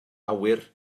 awyr